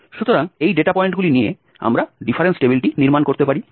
সুতরাং এই ডেটা পয়েন্টগুলি নিয়ে আমরা ডিফারেন্স টেবিলটি নির্মাণ করতে পারি